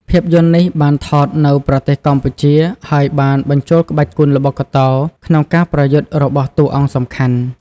ភាពយន្តនេះបានថតនៅប្រទេសកម្ពុជា ហើយបានបញ្ចូលក្បាច់គុនល្បុក្កតោក្នុងការប្រយុទ្ធរបស់តួអង្គសំខាន់។